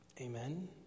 Amen